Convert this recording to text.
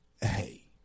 hey